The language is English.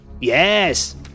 Yes